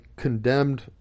Condemned